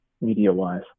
media-wise